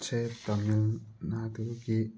ꯁꯦ ꯇꯥꯃꯤꯜ ꯅꯥꯗꯨꯒꯤ